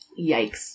Yikes